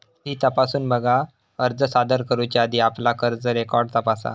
fee तपासून बघा, अर्ज सादर करुच्या आधी आपला कर्ज रेकॉर्ड तपासा